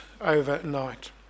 overnight